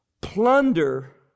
Plunder